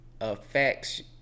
affects